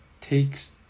takes